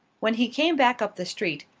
when he came back up the street,